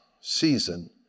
season